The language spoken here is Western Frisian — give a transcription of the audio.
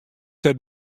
set